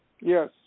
Yes